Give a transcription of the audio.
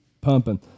Pumping